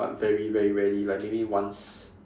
but very very rarely like maybe once